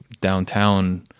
downtown